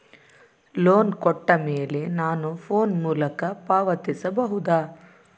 Loan ಕೊಟ್ಟ ಮೇಲೆ ನಾನು ಫೋನ್ ಮೂಲಕ ಪಾವತಿಸಬಹುದಾ?